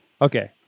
Okay